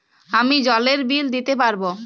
আমি জলের বিল দিতে পারবো?